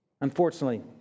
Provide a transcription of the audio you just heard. Unfortunately